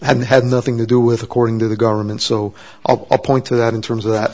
had had nothing to do with according to the government so i'll point to that in terms of that